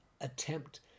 attempt